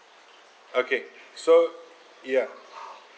okay so ya